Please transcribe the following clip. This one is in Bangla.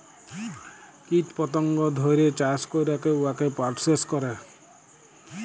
কীট পতঙ্গ ধ্যইরে চাষ ক্যইরে উয়াকে পরসেস ক্যরে